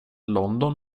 london